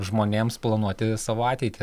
žmonėms planuoti savo ateitį